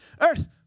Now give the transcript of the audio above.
Earth